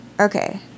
Okay